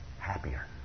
happier